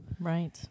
Right